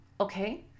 okay